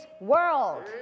world